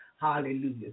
Hallelujah